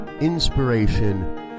inspiration